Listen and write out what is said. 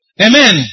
Amen